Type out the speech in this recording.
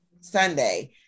sunday